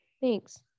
Thanks